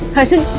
arjun,